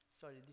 Sorry